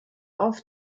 auf